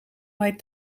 mijn